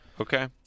okay